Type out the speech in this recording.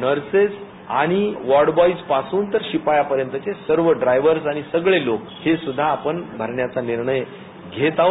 nurses आणि ward boys पासून ते शिपाया पर्यंतचे सर्व ड्रायव्हर आणि सगळे लोक हे सुद्धा आपण भरण्याचा निर्णय घेत आहोत